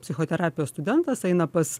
psichoterapijos studentas eina pas